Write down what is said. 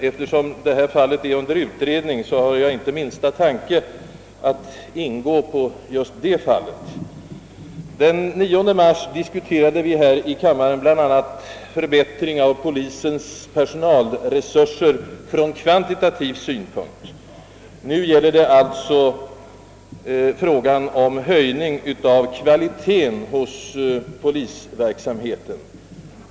Eftersom detta fall är under utredning har jag dock inte minsta tanke på att här gå in på just detta fall. Den 9 mars diskuterade vi i denna kammare bl.a. en förbättring av polisens personella resurser från kvantitativ synpunkt; nu gäller det alltså frågan om höjning av kvaliteten på polisverksamheten.